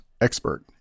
expert